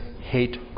hate